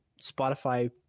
Spotify